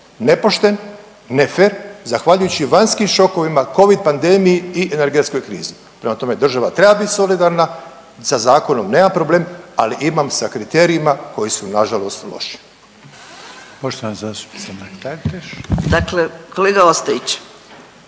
Nepošten, nefer zahvaljujući vanjskim šokovima, covid pandemiji i energetskoj krizi. Prema tome, država treba biti solidarna sa zakonom nemam problem, ali imam sa kriterijima koji su na žalost loši. **Reiner, Željko (HDZ)**